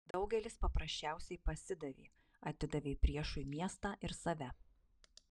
daugelis paprasčiausiai pasidavė atidavė priešui miestą ir save